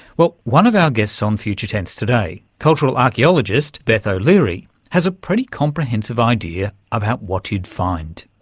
well, one of our guests on future tense today, cultural archaeologist beth o'leary, has a pretty comprehensive idea about what you'd find.